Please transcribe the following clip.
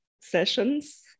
sessions